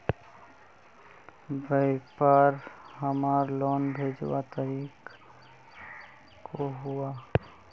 व्यापार हमार लोन भेजुआ तारीख को हुआ?